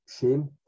shame